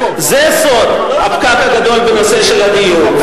זה סוד הפקק הגדול בנושא הדיור.